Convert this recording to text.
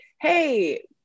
hey